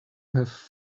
have